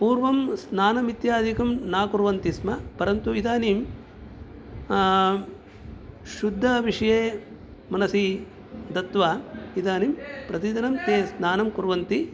पूर्वं स्नानम् इत्यादिकं न कुर्वन्ति स्म परन्तु इदानीं शुद्धिविषये मनसि दत्वा इदानीं प्रतिदिनं ताः स्नानं कुर्वन्ति